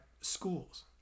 schools